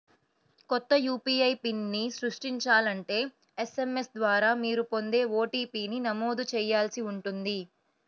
కొత్త యూ.పీ.ఐ పిన్ని సృష్టించాలంటే ఎస్.ఎం.ఎస్ ద్వారా మీరు పొందే ఓ.టీ.పీ ని నమోదు చేయాల్సి ఉంటుంది